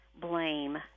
blame